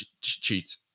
cheats